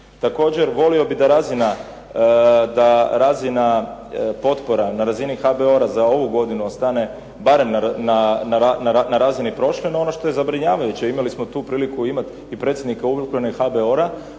Također volio bih da razina potpora na razini HBOR-a za ovu godinu ostane barem na razini prošle. No ono što je zabrinjavajuće, imali smo tu priliku imati i predsjednika .../Govornik